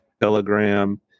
Telegram